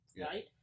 right